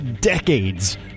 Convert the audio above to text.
decades